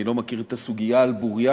אני לא מכיר את הסוגיה על בורייה,